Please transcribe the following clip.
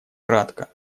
кратко